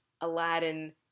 Aladdin